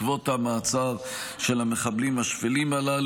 אבל אני בהחלט חושב שכך זה צריך להיות.